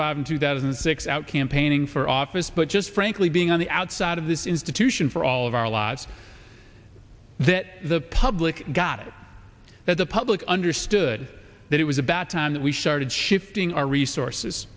five and two thousand and six out campaigning for office but just frankly being on the outside of this institution for all of our lives that the public got that the public understood that it was about time that we started shifting our resources